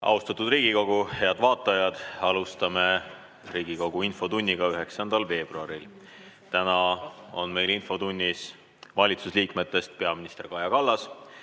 Austatud Riigikogu! Head vaatajad! Alustame Riigikogu infotundi 9. veebruaril. Täna on meil infotunnis valitsuse liikmetest peaminister Kaja Kallas,